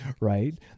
right